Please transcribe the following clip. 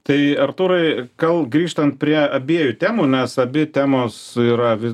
tai artūrai gal grįžtant prie abiejų temų nes abi temos yra vis